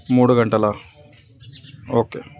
మూడు గంటలా ఓకే